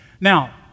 Now